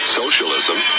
socialism